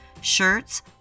Shirts